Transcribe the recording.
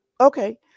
Okay